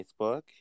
facebook